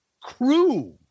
Crew